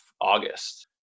August